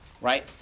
right